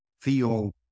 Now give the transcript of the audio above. feel